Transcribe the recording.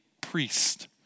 priest